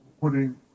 putting